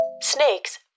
Snakes